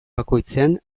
bakoitzean